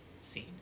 scene